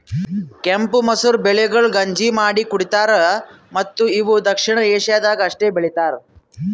ಕೆಂಪು ಮಸೂರ ಬೆಳೆಗೊಳ್ ಗಂಜಿ ಮಾಡಿ ಕುಡಿತಾರ್ ಮತ್ತ ಇವು ದಕ್ಷಿಣ ಏಷ್ಯಾದಾಗ್ ಅಷ್ಟೆ ಬೆಳಿತಾರ್